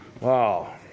wow